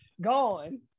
gone